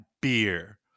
beer